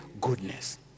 goodness